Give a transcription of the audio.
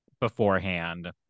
beforehand